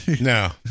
No